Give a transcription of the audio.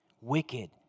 wicked